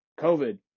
COVID